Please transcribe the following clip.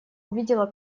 увидело